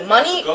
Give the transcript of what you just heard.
Money